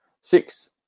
six